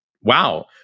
wow